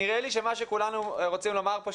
נראה לי שמה שכולנו רוצים לומר פה,